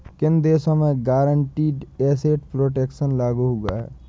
किन देशों में गारंटीड एसेट प्रोटेक्शन लागू हुआ है?